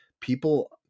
People